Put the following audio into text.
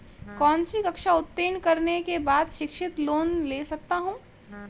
कौनसी कक्षा उत्तीर्ण करने के बाद शिक्षित लोंन ले सकता हूं?